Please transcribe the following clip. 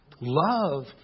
Love